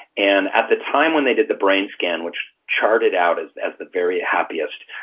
and at the time when they did the brain scan, which charted out as as the very happiest,